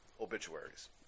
obituaries